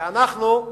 ואנחנו,